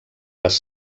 les